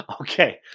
okay